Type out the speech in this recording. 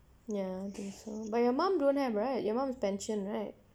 ya okay so but your mum don't have right your mum pension right